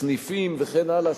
סניפים וכן הלאה,